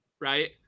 right